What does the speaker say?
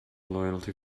loyalty